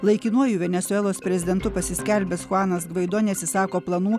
laikinuoju venesuelos prezidentu pasiskelbęs chuanas gvaido neatsisako planų